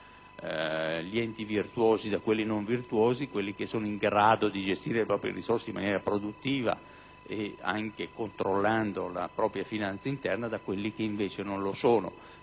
da quelli non virtuosi, ossia quelli in grado di gestire le proprie risorse in maniera produttiva e capaci di controllare la propria finanza interna da quelli che invece non lo sono.